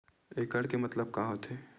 एकड़ के मतलब का होथे?